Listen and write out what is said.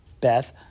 Beth